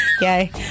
Yay